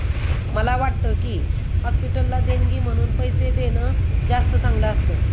मला वाटतं की, हॉस्पिटलला देणगी म्हणून पैसे देणं जास्त चांगलं असतं